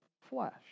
flesh